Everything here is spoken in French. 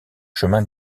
chemins